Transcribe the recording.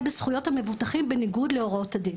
בזכויות המבוטחים בניגוד להוראות הדין,